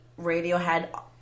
Radiohead